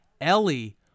Ellie